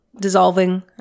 dissolving